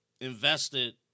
invested